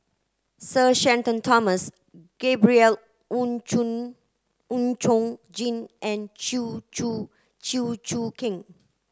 Sir Shenton Thomas Gabriel Oon Chong Oon Chong Jin and Chew Choo Chew Choo Keng